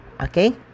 okay